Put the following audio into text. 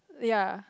ya